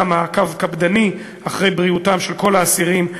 מעקב קפדני אחרי בריאותם של כל האסירים,